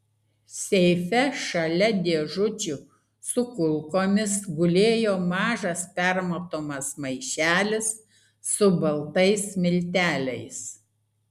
seife šalia dėžučių su kulkomis gulėjo mažas permatomas maišelis su baltais milteliais